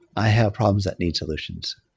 i have problems that need solutions.